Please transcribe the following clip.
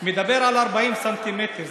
מדבר על 40 סנטימטר.